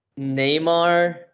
Neymar